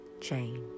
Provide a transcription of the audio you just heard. change